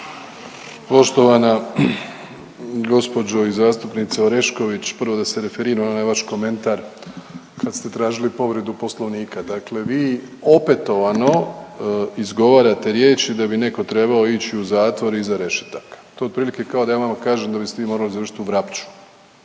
Poštovana gđo. i zastupnice Orešković, prvo da se referiram na onaj vaš komentar kad ste tražili povredu poslovnika, dakle vi opetovano izgovarate riječi da bi neko trebao ići u zatvor i iza rešetaka. To je otprilike kao da ja vama kažem da biste vi morali završit u Vrapču,